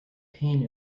pain